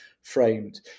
framed